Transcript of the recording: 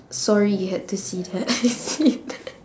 sorry you had to see that